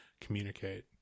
communicate